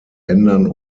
ändern